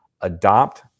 adopt